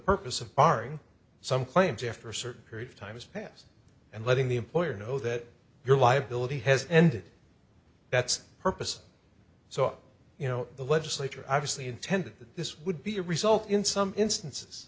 purpose of barring some claims after a certain period of time has passed and letting the employer know that your liability has ended that's purpose and so you know the legislature obviously intended that this would be a result in some instances